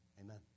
Amen